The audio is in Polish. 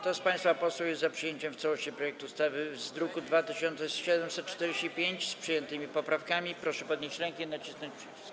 Kto z państwa posłów jest za przyjęciem w całości projektu ustawy z druku nr 2745, wraz z przyjętymi poprawkami, proszę podnieść rękę i nacisnąć przycisk.